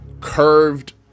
curved